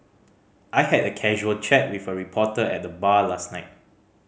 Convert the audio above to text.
I had a casual chat with a reporter at the bar last night